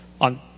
On